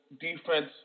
defense